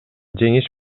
жеңиш